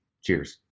Cheers